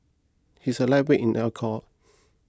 he is a lightweight in alcohol